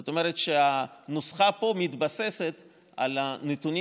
זאת אומרת שהנוסחה פה מתבססת על הנתונים